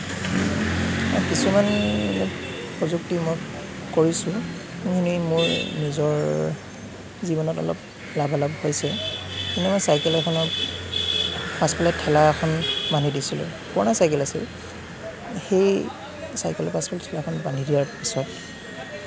কিছুমান প্ৰযুক্তি মই কৰিছোঁ যোনখিনি মোৰ নিজৰ জীৱনত অলপ লাভালাভ হৈছে মই চাইকেল এখনৰ পাছফালে ঠেলা এখন বান্ধি দিছিলোঁ পুৰণা চাইকেল আছিল সেই চাইকেলৰ পিছফালে ঠেলাখন বান্ধি দিয়াৰ পিছত